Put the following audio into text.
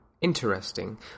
interesting